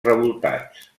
revoltats